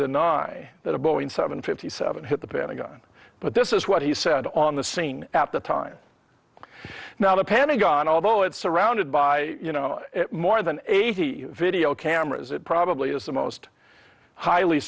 deny that a boeing seven fifty seven hit the pentagon but this is what he said on the scene at the time now the pentagon although it's surrounded by more than eighty video cameras it probably is the most highly